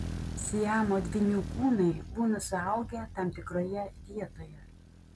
siamo dvynių kūnai būna suaugę tam tikroje vietoje